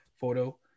photo